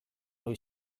ohi